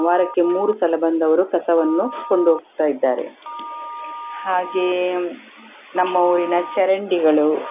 ವಾರಕ್ಕೆ ಮೂರು ಸಲ ಬಂದು ಅವರು ಕಸವನ್ನು ಕೊಂಡೋಗ್ತಾ ಇದ್ದಾರೆ ಹಾಗೆಯೇ ನಮ್ಮ ಊರಿನ ಚರಂಡಿಗಳು